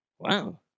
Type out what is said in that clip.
Wow